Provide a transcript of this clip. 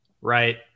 Right